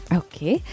okay